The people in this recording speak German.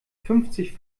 fünfzig